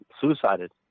suicided